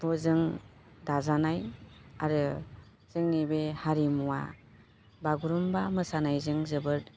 मुजों दाजानाय आरो जोंनि बे हारिमुवा बागुरुम्बा मोसानायजों जोबोद